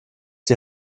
die